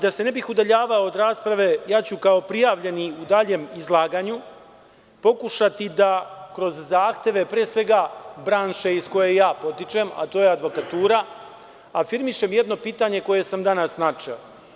Da se ne bih udaljavao od rasprave, ja ću kao prijavljeni u daljem izlaganju pokušati da kroz zahteve, pre svega branše iz koje ja potičem, a to je advokatura, afirmišem jedno pitanje koje sam danas načeo.